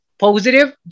Positive